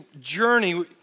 journey